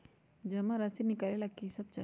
जमा राशि नकालेला कि सब चाहि?